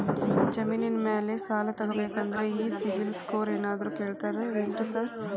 ಜಮೇನಿನ ಮ್ಯಾಲೆ ಸಾಲ ತಗಬೇಕಂದ್ರೆ ಈ ಸಿಬಿಲ್ ಸ್ಕೋರ್ ಏನಾದ್ರ ಕೇಳ್ತಾರ್ ಏನ್ರಿ ಸಾರ್?